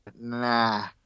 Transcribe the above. nah